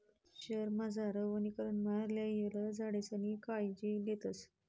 शयेरमझार वनीकरणमा लायेल झाडेसनी कायजी लेतस